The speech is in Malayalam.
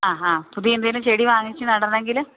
ആ ആ പുതിയ എന്തെങ്കിലും ചെടി വാങ്ങിച്ച് നടണമെങ്കില്